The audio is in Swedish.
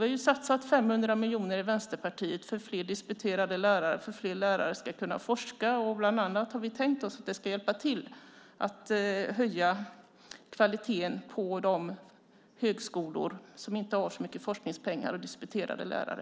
Vi har i Vänsterpartiet satsat 500 miljoner i vårt förslag för fler disputerade lärare så att fler lärare ska kunna forska. Vi har bland annat tänkt oss att det ska kunna hjälpa till att höja kvaliteten på de högskolor som inte har så mycket forskningspengar och disputerade lärare.